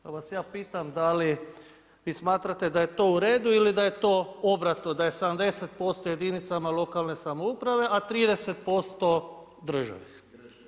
Pa vas ja pitam, da li vi smatrate da je to uredu ili da je to obratno, da je 70% jedinicama lokalne samouprave, a 30% državi?